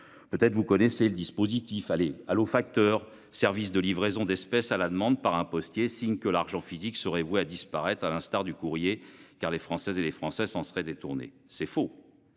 Peut être. Vous connaissez le dispositif allait allô facteur service de livraison d'espèces à la demande par un postier, signe que l'argent physique serait vouée à disparaître, à l'instar du courrier car les Françaises et les Français s'en serait détournée, c'est faux.